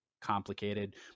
complicated